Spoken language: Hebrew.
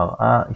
מראה,